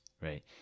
right